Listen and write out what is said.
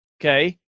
okay